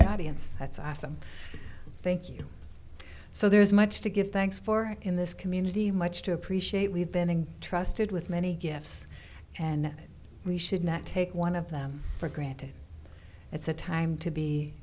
the audience that's awesome thank you so there's much to give thanks for in this community much to appreciate we've been trusted with many gifts and we should not take one of them for granted it's a time to be